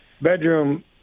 bedroom